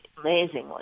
amazingly